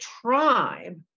tribe